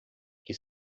que